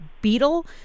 beetle